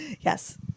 Yes